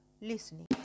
listening